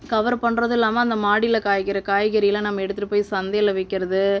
cover பண்ணுறதில்லாம அந்த மாடியில் காய்க்கிற காய்கறிலாம் நம்ப எடுத்துகிட்டு போய் சந்தையில் விற்கிறது